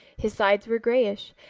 his sides were grayish.